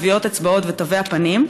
טביעות אצבעות ותווי הפנים,